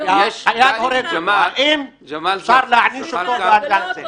האם אפשר להעניש אותו גם כן.